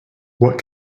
what